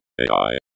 AI